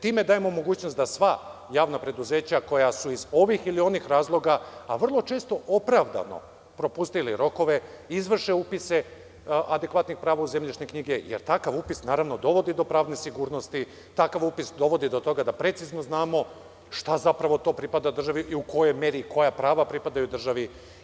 Time dajemo mogućnost da sva javna preduzeća koja su iz ovih ili onih razloga, a vrlo često opravdano, propustili rokove, izvrše upise adekvatnih prava u zemljišne knjige, jer takav upis naravno dovodi do pravne sigurnosti, takav upis dovodi do toga da precizno znamo šta zapravo to pripada državi i u kojoj meri koja prava pripadaju državi.